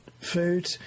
food